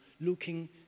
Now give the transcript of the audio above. looking